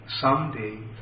someday